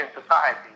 society